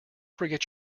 forget